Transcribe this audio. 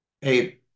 Hey